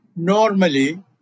Normally